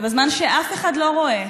ובזמן שאף אחד לא רואה,